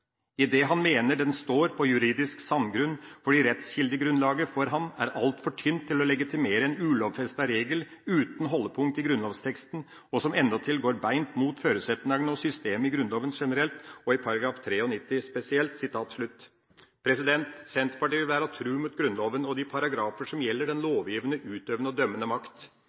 han mener den står på «juridisk sandgrunn fordi rettskjeldegrunnlaget for han er altfor tynt til å legitimere ein ulovfesta regel utan haldepunkt i grunnlovsteksten og som endåtil går beint mot føresetnaden og systemet i Grunnlova generelt og § 93 spesielt». Senterpartiet vil være tro mot Grunnloven og de paragrafer som gjelder den lovgivende, utøvende og dømmende makt.